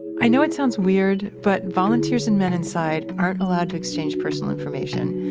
i know it sounds weird, but volunteers and men inside aren't allowed to exchange personal information.